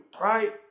right